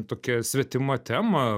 tokia svetima tema